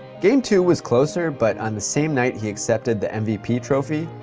game two was closer, but on the same night he accepted the mvp trophy,